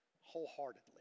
wholeheartedly